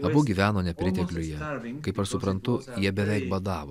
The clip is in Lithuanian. abu gyveno nepritekliuje kaip aš suprantu jie beveik badavo